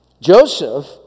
Joseph